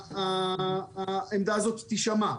העמדה הזאת תישמע.